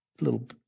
little